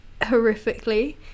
horrifically